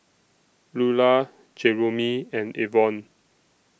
Lular Jeromy and Avon